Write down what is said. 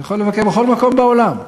יכול לבקר בכל מקום בעולם,